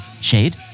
shade